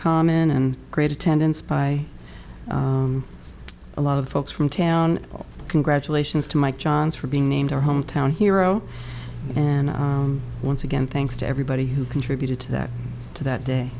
common and great attendance by a lot of folks from town all congratulations to my johns for being named our hometown hero and once again thanks to everybody who contributed to that to that day